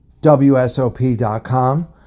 WSOP.com